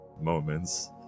moments